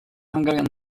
hungarian